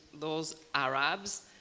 those arabs,